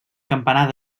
campanar